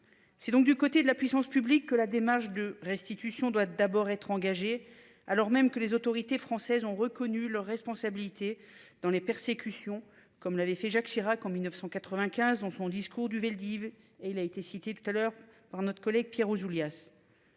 C'est donc du côté de la puissance publique que la démarche de restitution doit d'abord être engagée alors même que les autorités françaises ont reconnu leur responsabilité dans les persécutions, comme l'avait fait Jacques Chirac en 1995. Dans son discours du Vel d'Hiv'et il a été cité tout à l'heure par notre collègue Pierre Ouzoulias.